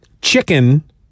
Chicken